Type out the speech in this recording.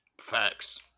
Facts